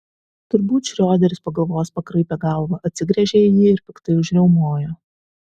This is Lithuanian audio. turbūt šrioderis pagalvojęs pakraipė galvą atsigręžė į jį ir piktai užriaumojo